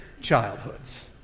childhoods